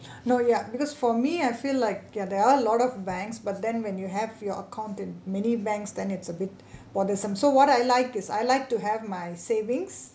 no ya because for me I feel like ya there are a lot of banks but then when you have your account then many banks then it's a bit bothersome so what I like is I like to have my savings